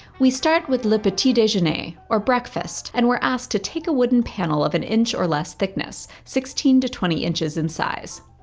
we start with le petit dejeuner, or breakfast. and we're asked to take a wooden panel of an inch or less thickness, sixteen to twenty inches in size.